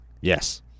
Yes